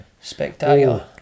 spectacular